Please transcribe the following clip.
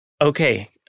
okay